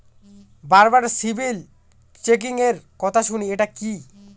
বারবার সিবিল চেকিংএর কথা শুনি এটা কি?